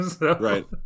Right